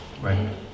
Right